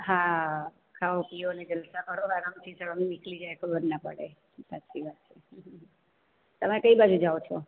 હા ખાઓ પીઓ ને જલસા કરો હવે આરામથી જર્ની નીકળી જાય ખબર ના પડે સાચી વાત છે તમે કઈ બાજુ જાવ છો